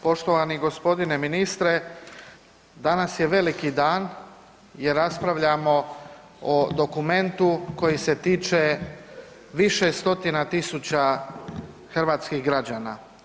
Poštovani g. ministre, danas je veliki dan jer raspravljamo o dokumentu koji se tiče više stotina tisuća hrvatskih građana.